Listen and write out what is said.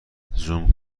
زوم